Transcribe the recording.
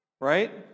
Right